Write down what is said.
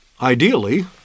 ideally